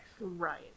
Right